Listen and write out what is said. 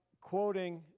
quoting